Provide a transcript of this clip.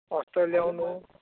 कस्तो ल्याउनु